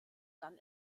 dann